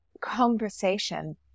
conversation